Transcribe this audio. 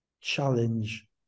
challenge